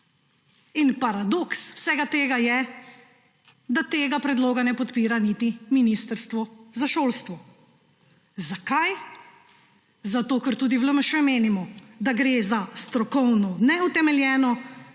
Paradoks vsega tega je, da tega predloga ne podpira niti Ministrstvo za šolstvo. Zakaj? Zato ker tudi v LMŠ menimo, da gre za strokovno neutemeljeno ter